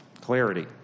clarity